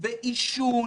עישון,